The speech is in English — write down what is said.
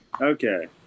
okay